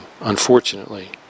unfortunately